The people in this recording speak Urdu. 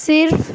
صرف